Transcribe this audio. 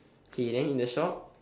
okay then in the shop